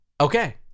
Okay